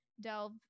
delve